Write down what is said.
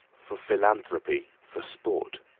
for philanthropy, for sport.